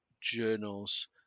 journals